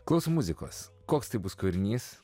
klausom muzikos koks tai bus kūrinys